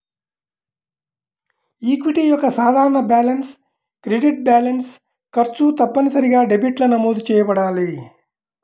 equity యొక్క సాధారణ balance credit balance, ఖర్చు తప్పనిసరిగా డెబిట్గా నమోదు చేయబడాలి